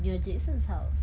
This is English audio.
near jason's house